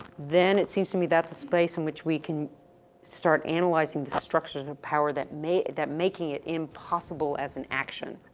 then it seems to me that's a space in which we can start and analysing the structures of power that may, that making it impossible as an action,